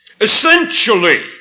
Essentially